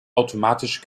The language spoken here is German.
automatisch